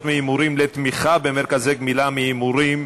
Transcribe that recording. מהימורים לתמיכה במרכזי גמילה מהימורים,